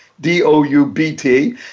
D-O-U-B-T